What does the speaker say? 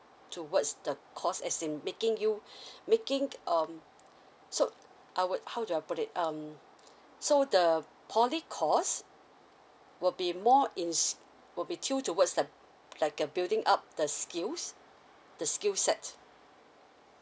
towards the course as in making you making um so I would how do I put it um so the poly course will be more ins~ will be till towards the like a building up the skills the skill set